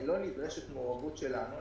לא נדרשת מעורבות שלנו,